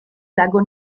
lago